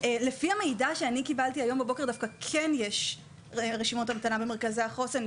לפי המידע שקיבלתי הבוקר דווקא כן יש רשימות המתנה גדולות במרכזי החוסן,